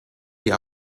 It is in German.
die